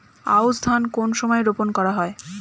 আউশ ধান কোন সময়ে রোপন করা হয়?